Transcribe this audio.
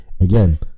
again